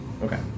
Okay